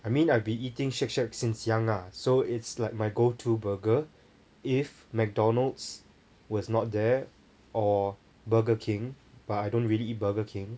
I mean I'd been eating Shake Shack since young lah so it's like my go to burger if McDonald's was not there or Burger King but I don't really eat Burger King